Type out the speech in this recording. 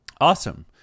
awesome